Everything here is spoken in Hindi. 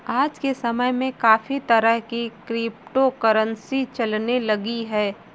आज के समय में काफी तरह की क्रिप्टो करंसी चलने लगी है